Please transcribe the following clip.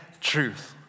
truth